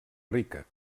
rica